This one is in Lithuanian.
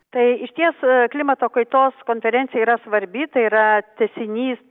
tai išties klimato kaitos konferencija yra svarbi tai yra tęsinys